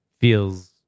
feels